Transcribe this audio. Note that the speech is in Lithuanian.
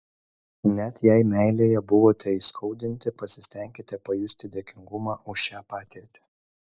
net jei meilėje buvote įskaudinti pasistenkite pajusti dėkingumą už šią patirtį